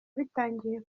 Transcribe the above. bitangiye